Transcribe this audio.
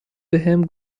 بهم